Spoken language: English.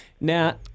Now